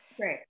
Right